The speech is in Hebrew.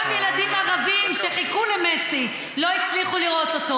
גם ילדים ערבים שחיכו למסי לא הצליחו לראות אותו.